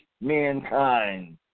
mankind